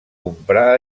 comprar